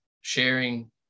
sharing